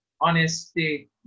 honesty